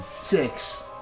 Six